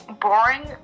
boring